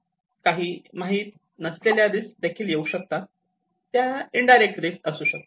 काही माहीत नसलेल्या रिस्क देखील येऊ शकतात त्या इनडायरेक्ट रिस्क असू शकतात